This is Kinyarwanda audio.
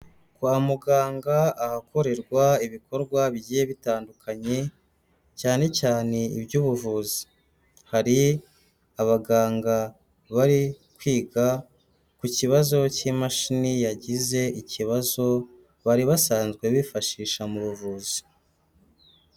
Kwa muganga ahakorerwa ibikorwa bigiye bitandukanye cyane cyane iby'ubuvuzi, hari abaganga bari kwiga ku kibazo cy'imashini yagize ikibazo, bari basanzwe bifashisha mu buvuzi.